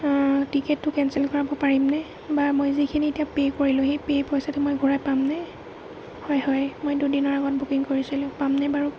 টিকেটটো কেঞ্চেল কৰাব পাৰিমনে বা মই যিখিনি এতিয়া পে' কৰিলোঁ সেই পে' পইচাটো মই ঘূৰাই পামনে হয় হয় মই দুদিনৰ আগত বুকিং কৰিছিলোঁ পামনে বাৰু